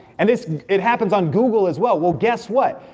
and this, it happens on google as well, well guess what.